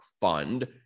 fund